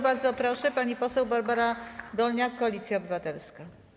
Bardzo proszę, pani poseł Barbara Dolniak, Koalicja Obywatelska.